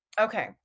Okay